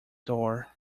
door